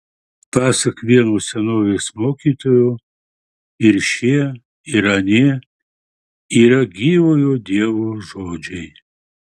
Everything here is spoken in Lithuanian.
pasak vieno senovės mokytojo ir šie ir anie yra gyvojo dievo žodžiai